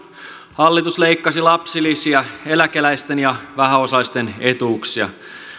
hallitus leikkasi lapsilisiä eläkeläisten ja vähäosaisten etuuksia